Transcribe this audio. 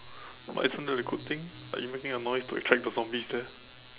but isn't that a good thing like you making noise to attract the zombies there